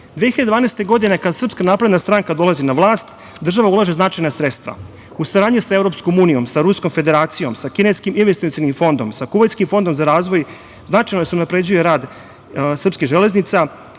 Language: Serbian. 2012, kada SNS dolazi na vlast, država ulaže značajna sredstva. U saradnji sa Evropskom unijom, sa Ruskom Federacijom, sa Kineskim investicionim fondom, sa Kuvajtskim fondom za razvoj značajno se unapređuje rad srpskih železnica